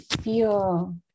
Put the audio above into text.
feel